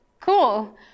Cool